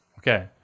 Okay